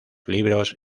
libros